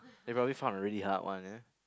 they probably found a really hard one ya